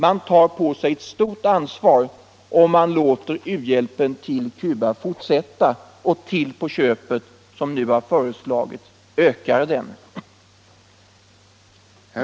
Man tar på sig ett stort ansvar om man låter u-hjälpen till Cuba fortsätta eller till på köpet, som nu föreslagits, ökar den.